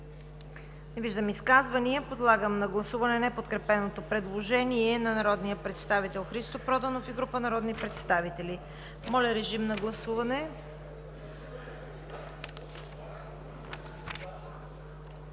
Не виждам. Подлагам на гласуване неподкрепеното предложение на народния представител Христо Проданов и група народни представители. Гласували